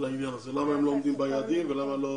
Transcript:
העניין הזה, למה הם לא עומדים ביעדים ולמה לא